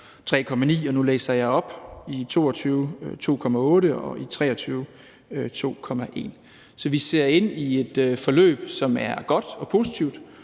3,9. Og nu læser jeg op: I 2022 er den 2,8, og i 2023 er den 2,1. Så vi ser ind i et forløb, som er godt og positivt,